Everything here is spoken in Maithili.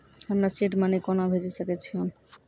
हम्मे सीड मनी कोना भेजी सकै छिओंन